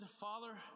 Father